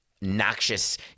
noxious